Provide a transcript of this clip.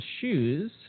shoes